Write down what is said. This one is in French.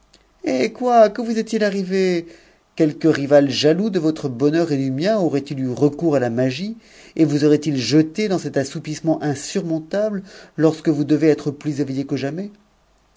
hh quoi que vous est-il arrive quelque rival jaloux de votre bonheur t t du mien aurait-il eu recours à la magie et vous aurait-il jeté dans cet assoupissement insurmontable lorsque vous devez être plus éveillé que jamais